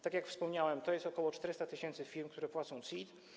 Tak jak wspomniałem, to jest ok. 400 tys. firm, które płacą CIT.